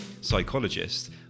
psychologist